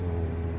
oh